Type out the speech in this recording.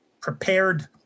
prepared